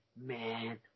man